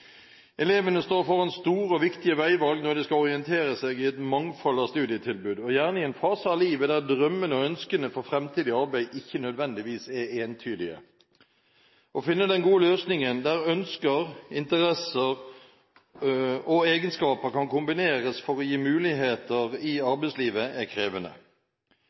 Elevene står foran store og viktige veivalg når de skal orientere seg i et mangfold av studietilbud – gjerne i en fase av livet der drømmene og ønskene for fremtidig arbeid ikke nødvendigvis er entydige. Å finne den gode løsningen der ønsker, interesser og egenskaper kan kombineres for å gi muligheter i arbeidslivet, er krevende.